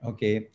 Okay